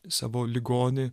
savo ligonį